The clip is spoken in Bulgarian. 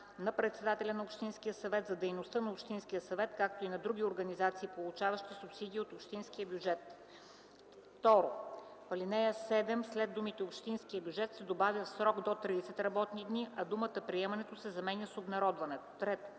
на председателя на общинския съвет за дейността на общинския съвет, както и на други организации, получаващи субсидия от общинския бюджет;” 2. В ал. 7 след думите „общинския бюджет” се добавя „в срок до 30 работни дни”, а думата „приемането” се заменя с „обнародването”. 3.